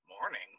Morning